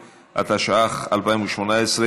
והגנת הסביבה להמשך דיון והכנה לקריאה שנייה ושלישית.